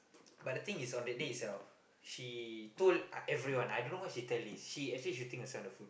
but the thing is on that day itself she told uh everyone I dunno why she tell this she actually shooting herself in the foot